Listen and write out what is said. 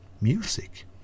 music